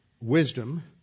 wisdom